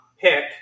pick